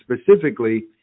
specifically